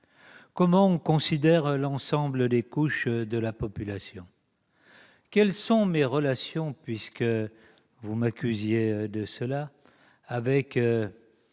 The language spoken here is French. comment on considère l'ensemble des couches de la population, quelles sont mes relations- puisqu'on m'accuse de cela -avec